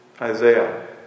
Isaiah